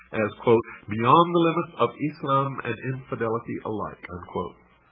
as beyond the limits of islam and infidelity alike.